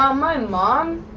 um my mom,